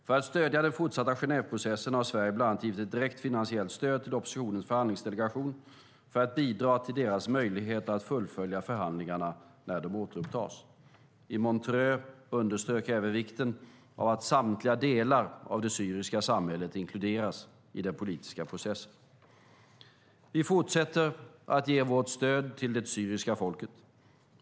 För att stödja den fortsatta Genèveprocessen har Sverige bland annat givit ett direkt finansiellt stöd till oppositionens förhandlingsdelegation för att bidra till deras möjlighet att fullfölja förhandlingarna när de återupptas. I Montreux underströk jag även vikten av att samtliga delar av det syriska samhället inkluderas i den politiska processen. Vi fortsätter att ge vårt stöd till det syriska folket.